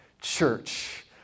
church